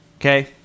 Okay